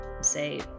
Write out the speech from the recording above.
say